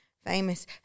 Famous